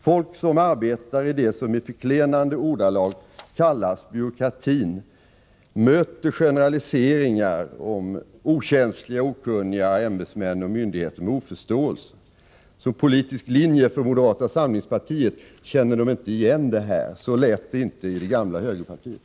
Folk som arbetar i det som med förklenande ordalag kallas byråkratin möter generaliseringar om okänsliga och okunniga ämbetsmän och myndigheter med oförståelse. Som politisk linje för moderata samlingspartiet känner de inte igen detta — så lät det inte i det gamla högerpartiet.